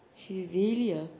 she really ah